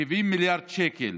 70 מיליארד שקל